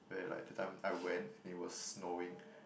where like that time I went and it was snowing